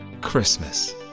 Christmas